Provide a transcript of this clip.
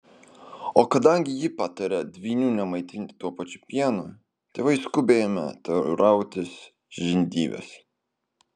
o kadangi ji patarė dvynių nemaitinti tuo pačiu pienu tėvai skubiai ėmė teirautis žindyvės